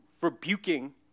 rebuking